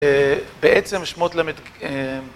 בעצם שמות למ"ד גימ"ל